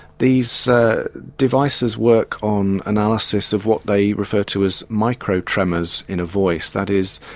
these devices work on analysis of what they refer to as micro tremors in a voice, that is,